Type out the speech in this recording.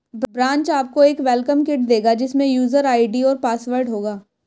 branch आपको एक welcome kit देगा जिसमे यूजर आई.डी और पासवर्ड होगा